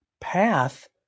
path